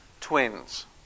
twins